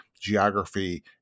geography